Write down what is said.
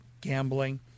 gambling